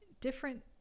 different